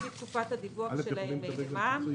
לפי תקופת הדיווח שלהם במע"מ,